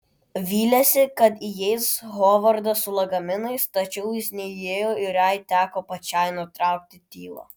vylėsi kad įeis hovardas su lagaminais tačiau jis neįėjo ir jai teko pačiai nutraukti tylą